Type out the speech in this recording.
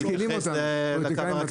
מתקילים אותנו.